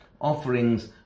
offerings